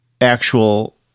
actual